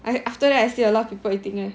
and after that I see a lot of people eating leh